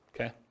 okay